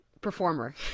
performer